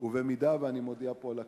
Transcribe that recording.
אני מודיע פה לכנסת: